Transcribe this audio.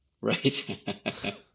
Right